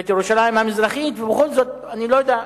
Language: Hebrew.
ואת ירושלים המזרחית, ובכל זאת, אני לא יודע,